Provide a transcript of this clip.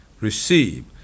receive